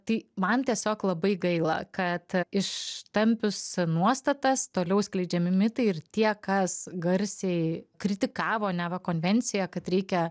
tai man tiesiog labai gaila kad ištampius nuostatas toliau skleidžiami mitai ir tie kas garsiai kritikavo neva konvencija kad reikia